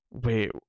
wait